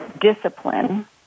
discipline